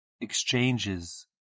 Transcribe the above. exchanges